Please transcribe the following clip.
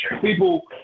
People